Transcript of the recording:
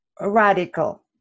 radical